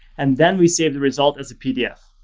and then we save the result as a pdf.